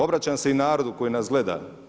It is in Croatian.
Obraćam se i narodu koji nas gleda.